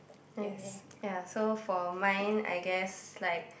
damn hey ya so for mine I guess like